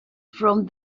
from